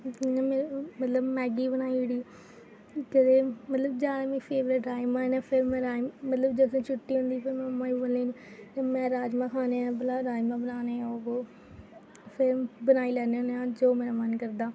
इ'यां मतलब मैगी बनाई ओड़ी ते मतलब जादा मेरे फेवरेट राजमांह् न फिर में राजमांह् मतलब जिस दिन छुट्टी होंदी फिर में मम्मी गी बोलनी होनी में राजमांह् खाने न भला राजमांह् बनाने ओह् बो फिर बनाई लैने होने आं जो मेरा मन करदा